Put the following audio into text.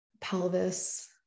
pelvis